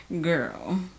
Girl